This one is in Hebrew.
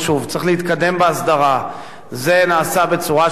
זה נעשה בצורה של מכרז שלקח המון זמן להוציא אותו,